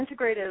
integrative